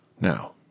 Now